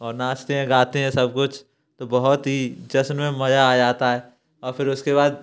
और नाचते हैं गाते हैं सब कुछ तो बहुत ही जश्न में मजा आ जाता है और फिर उसके बाद